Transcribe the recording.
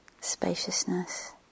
spaciousness